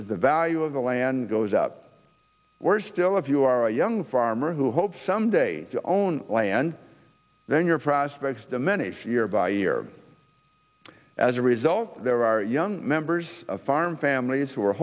the value of the land goes up we're still if you are a young farmer who hopes someday to own land then your prospects diminish year by year as a result there are young members of farm families w